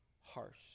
harsh